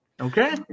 Okay